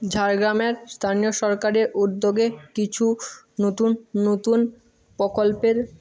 ঝাড়গ্রামের স্থানীয় সরকারের উদ্যোগে কিছু নতুন নতুন প্রকল্পের